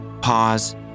pause